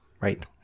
right